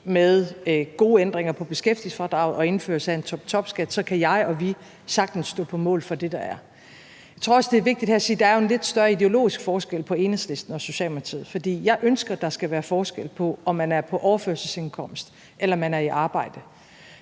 mellem gode ændringer i beskæftigelsesfradraget og indførelse af en toptopskat kan jeg og vi sagtens stå på mål for det, der er. Jeg tror også, det er vigtigt her at sige, at der jo er en lidt større ideologisk forskel på Enhedslisten og Socialdemokratiet, for jeg ønsker, at der skal være forskel på, om man er på overførselsindkomst eller man er i arbejde.